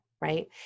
Right